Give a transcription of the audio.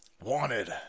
wanted